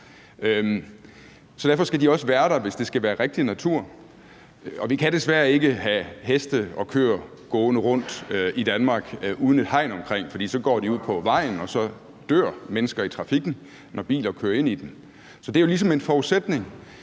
derfor skal de også være der, hvis det skal være rigtig natur, og vi kan desværre ikke have heste og køer gående rundt i Danmark uden et hegn omkring, for så går de ude på vejen, og så dør mennesker i trafikken, når biler kører ind i dem, så det er jo ligesom en forudsætning.